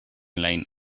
line